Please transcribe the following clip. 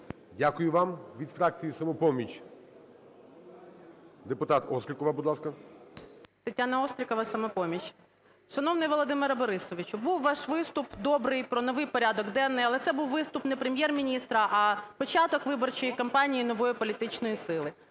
Дякую вам. Від фракції "Самопоміч" депутат Острікова, будь ласка. 10:35:19 ОСТРІКОВА Т.Г. Тетяна Острікова, "Самопоміч". Шановний Володимире Борисовичу, був ваш виступ добрий, про новий порядок денний, але це був виступ не Прем'єр-міністра, а початок виборчої кампанії нової політичної сили.